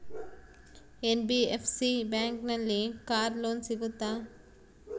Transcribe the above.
NBFC ಬ್ಯಾಂಕಿನಲ್ಲಿ car loan ಸಿಗುತ್ತಾ?